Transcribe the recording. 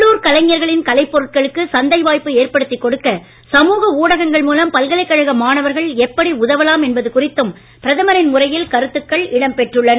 உள்ளுர் கலைஞர்களின் கலைப் பொருட்களுக்கு சந்தை வாய்ப்பு ஏற்படுத்தி கொடுக்க சமூக ஊடகங்கள் மூலம் பல்கலைக்கழக மாணவர்கள் எப்படி உதவலாம் என்பது குறித்தும் பிரதமரின் உரையில் கருத்துக்கள் இடம் பெற்றன